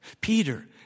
Peter